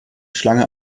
schlange